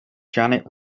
janet